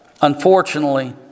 Unfortunately